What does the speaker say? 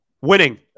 winning